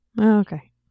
Okay